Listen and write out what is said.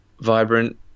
vibrant